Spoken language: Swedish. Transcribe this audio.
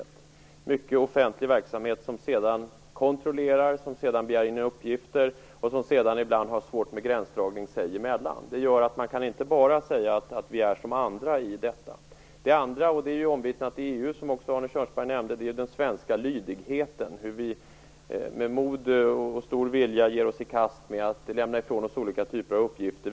Vi har mycket offentlig verksamhet som sedan kontrollerar, begär in uppgifter och ibland har svårt med gränsdragningen sig emellan. Det gör att man inte bara kan säga att vi är som andra i detta. Den andra saken är den svenska lydigheten. Och den är också omvittnad i EU, som Arne Kjörnsberg nämnde. Med mod och stor vilja ger vi oss i kast med att lämna ifrån oss olika typer av uppgifter.